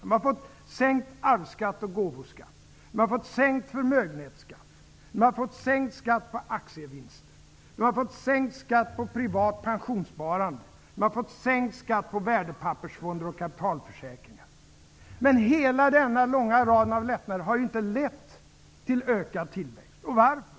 Man har fått sänkt arvsskatt och gåvoskatt, sänkt förmögenhetsskatt, sänkt skatt på aktievinster, sänkt skatt på privat pensionssparande, sänkt skatt på värdepappersfonder och kapitalförsäkringar. Men hela denna långa rad av lättnader har ju inte lett till ökad tillväxt. Varför?